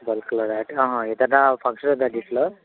బల్కలోనా ఆహా ఏదన్నా ఫంక్షన్ ఉందా అండి ఇంట్లో